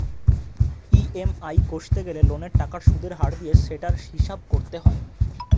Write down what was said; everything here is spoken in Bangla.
ই.এম.আই কষতে গেলে লোনের টাকার সুদের হার দিয়ে সেটার হিসাব করতে হয়